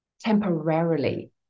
temporarily